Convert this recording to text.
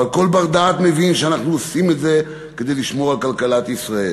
אבל כל בר-דעת מבין שאנחנו עושים את זה כדי לשמור על כלכלת ישראל.